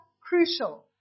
crucial